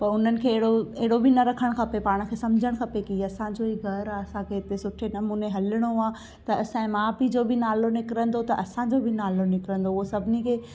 पर उन्हनि खे अहिड़ो अहिड़ो बि न रखणु खपे पाण खे समुझाइणु खपे कि ही असांजो ई घरु आहे असांखे हिते सुठे नमूने हलिणो आहे त असांजे माउ पीउ जो बि नालो निकिरंदो त असांजो बि नालो निकिरंदो उहा सभिनी खे